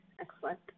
excellent